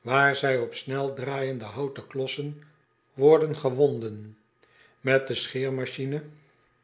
waar zij op snel draaijende houten klossen worden gewonden et de